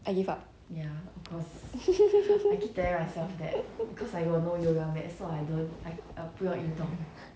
I give up